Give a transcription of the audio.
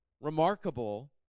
remarkable